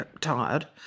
tired